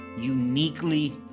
uniquely